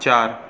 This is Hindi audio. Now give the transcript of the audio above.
चार